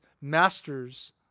masters